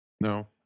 No